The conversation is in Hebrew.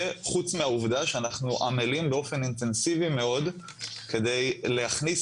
זה חוץ מהעובדה שאנחנו עמלים באופן אינטנסיבי מאוד כדי להכניס